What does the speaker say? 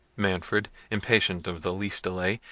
manfred, impatient of the least delay,